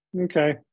okay